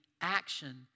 action